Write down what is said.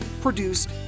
produced